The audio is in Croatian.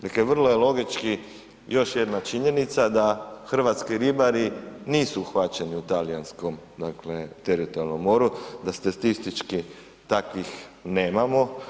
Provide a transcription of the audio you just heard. Dakle vrlo je logički još jedna činjenica da hrvatski ribari nisu uhvaćeni u talijanskom dakle teritorijalnom moru, da statistički takvih nemamo.